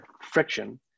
friction